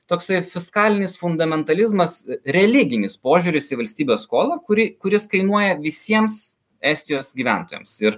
toksai fiskalinis fundamentalizmas religinis požiūris į valstybės skolą kuri kuris kainuoja visiems estijos gyventojams ir